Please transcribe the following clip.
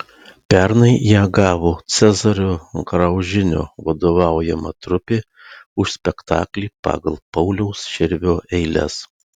pernai ją gavo cezario graužinio vadovaujama trupė už spektaklį pagal pauliaus širvio eiles